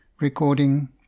Recording